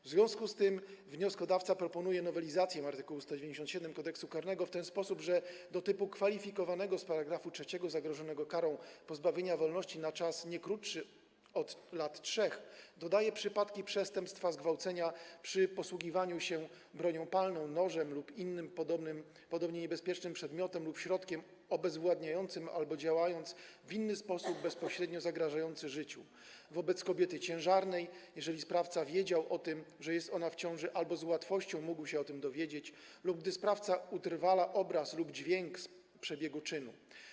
W związku z tym wnioskodawca proponuje znowelizowanie art. 197 Kodeksu karnego w ten sposób, że do typu kwalifikowanego z § 3 zagrożonego karą pozbawienia wolności na czas nie krótszy niż 3 lata dodaje przypadki przestępstw zgwałcenia: jeżeli sprawca posługuje się bronią palną, nożem lub innym podobnie niebezpiecznym przedmiotem lub środkiem obezwładniającym albo działa w inny sposób bezpośrednio zagrażający życiu, wobec kobiety ciężarnej, jeżeli sprawca wiedział o tym, że jest ona w ciąży albo z łatwością mógł się o tym dowiedzieć lub gdy sprawca utrwala obraz lub dźwięk z przebiegu czynu.